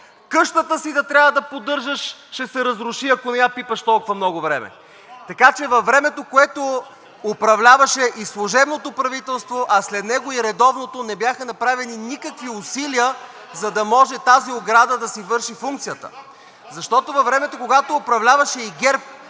Къщата си да трябва да поддържаш, ще се разруши, ако не я пипаш толкова много време. Така че във времето, в което управляваше и служебното правителство, а след него и редовното, не бяха направени никакви усилия, за да може тази ограда да си върши функцията. (Реплики от „Продължаваме